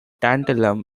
tantalum